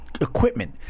equipment